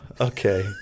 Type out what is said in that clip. okay